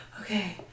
okay